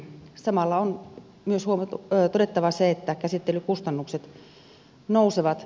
samalla on myös todettava se että käsittelykustannukset nousevat